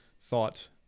thought